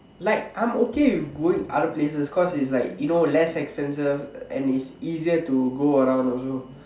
like I'm okay with going other places cause it's like you know less expenses and it's easier to go around also